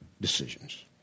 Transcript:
decisions